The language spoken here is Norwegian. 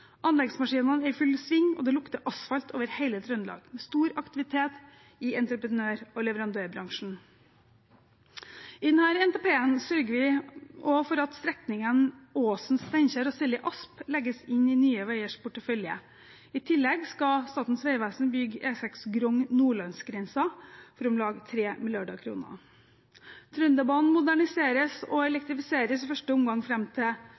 Anleggsmaskinene er i full sving, og det lukter asfalt over hele Trøndelag. Det er stor aktivitet i entreprenør- og leverandørbransjen. I denne NTP-en sørger vi også for at strekningene Åsen–Steinkjer og Selli–Asp legges inn i Nye Veiers portefølje. I tillegg skal Statens vegvesen bygge E6 Grong–Nordlandsgrensen for om lag 3 mrd. kr. Trønderbanen moderniseres og elektrifiseres, i første omgang fram til